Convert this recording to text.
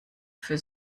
für